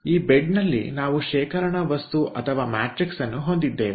ಈ ಬೆಡ್ನಲ್ಲಿ ನಾವು ಶೇಖರಣಾ ವಸ್ತು ಅಥವಾ ವ್ಯೂಹವನ್ನು ಹೊಂದಿದ್ದೇವೆ